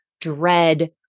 dread